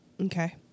Okay